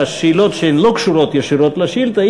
שלגבי השאלות שלא קשורות ישירות לשאילתה,